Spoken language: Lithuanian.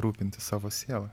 rūpintis savo siela